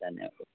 धन्यवादः